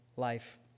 life